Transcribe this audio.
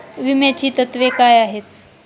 विम्याची तत्वे काय आहेत?